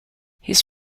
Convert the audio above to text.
his